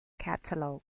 catalogue